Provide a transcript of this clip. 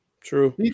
True